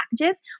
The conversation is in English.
packages